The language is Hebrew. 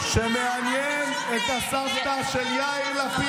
מעניין את הסבתא של יאיר לפיד.